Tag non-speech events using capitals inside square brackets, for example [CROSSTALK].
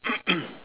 [COUGHS]